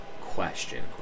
Question